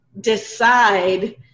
decide